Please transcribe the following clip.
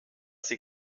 sie